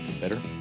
Better